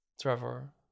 Trevor